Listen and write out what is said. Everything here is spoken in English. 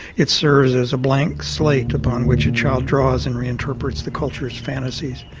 it serves as a blank slate upon which a child draws and reinterprets the culture's fantasies.